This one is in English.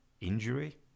injury